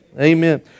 Amen